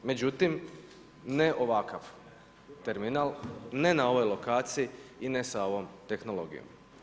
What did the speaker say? Međutim ne ovakav terminal, ne na ovoj lokaciji i ne sa ovom tehnologijom.